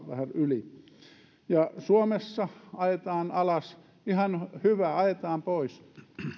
vähän yli kaksituhattakuusisataa ja suomessa ajetaan alas ihan hyvä ajetaan pois